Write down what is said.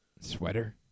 Sweater